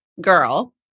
girl